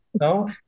No